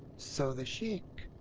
so the sheik.